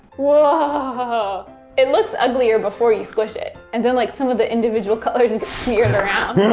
whoa. ah it looks uglier before you squish it, and then like some of the individual colors smear and around.